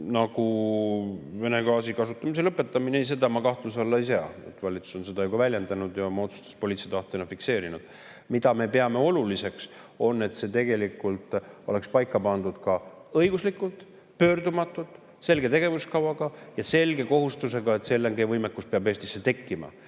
on Vene gaasi kasutamise lõpetamine? Seda ma kahtluse alla ei sea, valitsus on seda ju ka väljendanud ja oma otsuse poliitilise tahtena fikseerinud. Mida me peame oluliseks, on, et see tegelikult oleks paika pandud ka õiguslikult, pöördumatult, selge tegevuskavaga ja selge kohustusega, et LNG‑võimekus peab Eestisse tekkima.